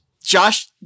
Josh